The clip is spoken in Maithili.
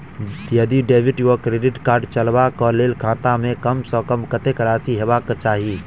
यदि डेबिट वा क्रेडिट कार्ड चलबाक कऽ लेल खाता मे कम सऽ कम कत्तेक राशि हेबाक चाहि?